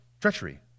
Treachery